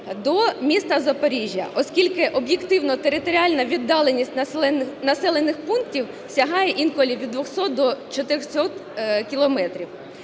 до міста Запоріжжя. Оскільки, об'єктивно територіальна віддаленість населених пунктів сягає інколи від 200 до 400 кілометрів.